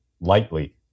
lightly